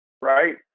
right